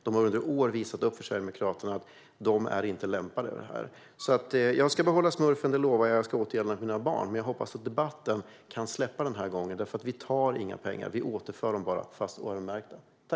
För Sverigedemokraternas del har de i åratal visat att de inte är lämpade att göra detta. Jag behåller smurfen och lovar att återgälda den till mina barn. Jag hoppas dock att vi kan släppa denna debatt nu, för vi tar inga pengar. Vi återför dem igen, om än öronmärkta.